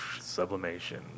sublimation